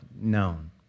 known